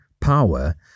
power